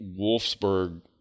Wolfsburg